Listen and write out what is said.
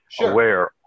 aware